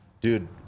Dude